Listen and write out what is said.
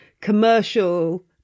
commercial